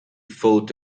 fought